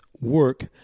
work